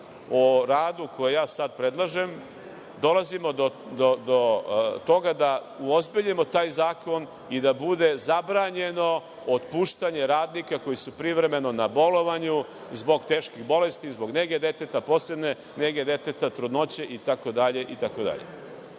o radu, koji sad predlažem, dolazimo do toga da uozbiljimo taj zakon i da bude zabranjeno otpuštanje radnika koji su privremeno na bolovanju zbog teških bolesti, zbog nege deteta, posebne nege deteta, trudnoće itd,